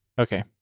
Okay